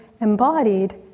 embodied